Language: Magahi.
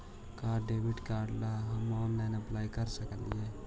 का डेबिट कार्ड ला हम ऑनलाइन अप्लाई कर सकली हे?